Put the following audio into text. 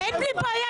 אין לי בעיה.